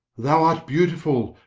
thou art beautiful,